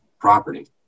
property